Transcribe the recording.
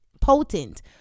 potent